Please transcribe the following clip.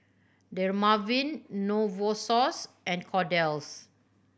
Dermaveen Novosource and Kordel's